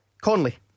Conley